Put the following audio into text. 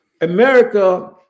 America